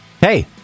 Hey